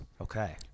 Okay